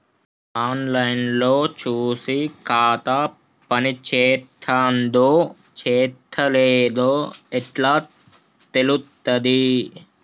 On line లో చూసి ఖాతా పనిచేత్తందో చేత్తలేదో ఎట్లా తెలుత్తది?